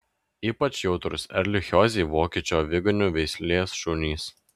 ypač jautrūs erlichiozei vokiečių aviganių veislės šunys